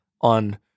on